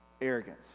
Arrogance